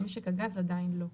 משק הגז עדיין לא.